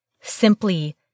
simply